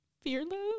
fearless